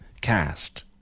cast